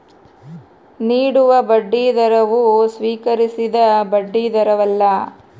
ನೀಡುವ ಬಡ್ಡಿದರವು ಸ್ವೀಕರಿಸಿದ ಬಡ್ಡಿದರವಲ್ಲ